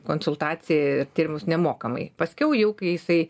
konsultaciją ir tyrimus nemokamai paskiau jau kai jisai